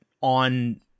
on